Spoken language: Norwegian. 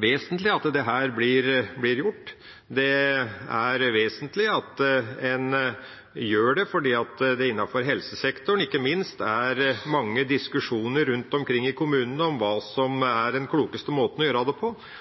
vesentlig at dette blir gjort. Det er vesentlig at en gjør det, fordi det ikke minst innenfor helsesektoren er mange diskusjoner rundt omkring i kommunene om hva som er den klokeste måten å gjøre det på.